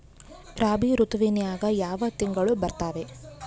ರಾಬಿ ಋತುವಿನ್ಯಾಗ ಯಾವ ತಿಂಗಳು ಬರ್ತಾವೆ?